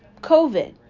COVID